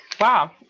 Wow